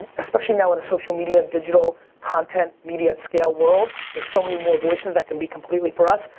and especially now in a social media, digital content, media at scale world. there's so many more voices that can be completely for us.